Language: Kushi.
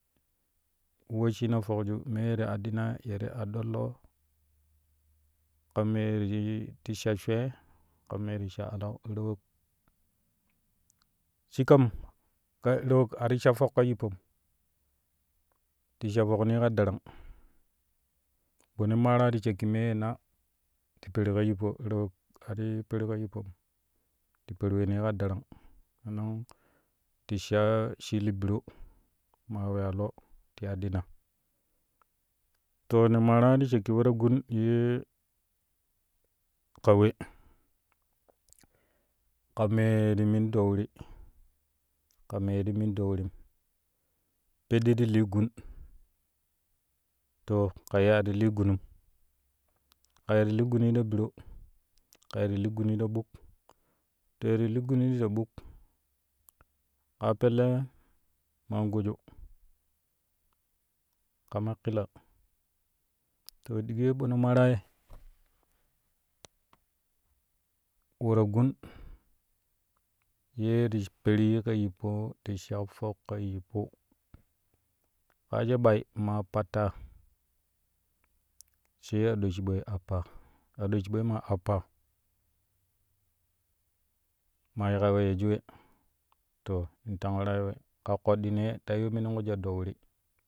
Wesshina fokju mee ti aɗɗina ya ti aɗɗo lo kan mee ti sha shwee ka me ti sha alau raau ok shi kam raawok a ti sha fok ka yippom ti sha foknii ka darang ɓono maara ti shakki mee na ti peri ka yippo raawok a ti peri ka yippom ti per weeni ka darang sannen ti sha shili biro maa weya lo in aɗɗina to ne maaran ti shakki we-ta-gun yee ka we ka mee ti min doo wiri ka mee ti min doo wirim peɗɗi t lii gun to ka yee ti li gunum ye ti li gunii ta biro ka ye ti li gunii ta ɓuk to ye ti li gunii ta ɓuk kaa pellee ma angojo kama ƙila to digi ye ɓono maaraa ye we-ta-gun yeeti perii ka yippo sha fok ka yippo kaa she ɓai maa pattaa sai ado shiɓoi appaa aɗo shiɓoi ma appa ma yiƙƙa weiyyo shi we fo tanf waraa ka koɗɗinee ta yiu minin jwal doo wiri